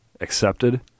accepted